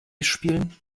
spielen